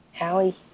Allie